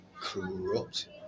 corrupt